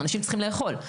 אנשים צריכים לאכול.